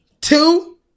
Two